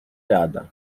gada